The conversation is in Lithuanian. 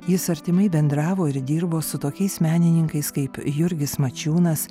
jis artimai bendravo ir dirbo su tokiais menininkais kaip jurgis mačiūnas